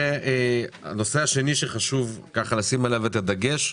הנושא השני שחשוב לשים עליו את הדגש,